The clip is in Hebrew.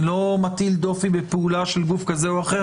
אני לא מטיל דופי בפעולה של גוף כזה או אחר.